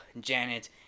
Janet